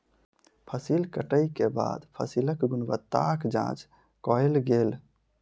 फसिल कटै के बाद फसिलक गुणवत्ताक जांच कयल गेल